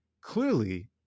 clearly